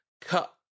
cut